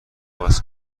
عوض